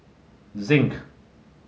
zinc